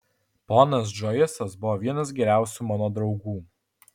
ponas džoisas buvo vienas geriausių mano draugų